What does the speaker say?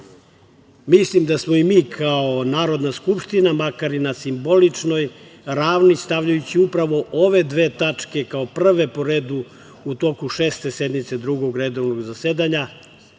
da smo i mi kao Narodna skupština makar i na simboličnoj ravni, stavljajući upravo ove dve tačke kao prve po redu u toku Šeste sednice Drugog redovnog zasedanja,